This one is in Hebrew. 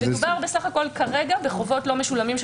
כרגע מדובר בסך כול החובות הלא משולמים,